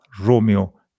Romeo